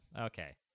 Okay